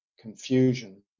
confusion